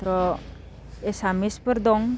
मात्र' एसामिसफोर दं